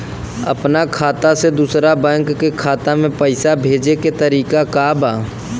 अपना खाता से दूसरा बैंक के खाता में पैसा भेजे के तरीका का बा?